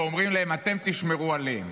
ואומרים להן: אתן תשמרו עליהם.